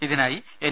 ഇതിനായി എൻ